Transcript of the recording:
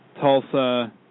Tulsa